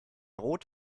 rot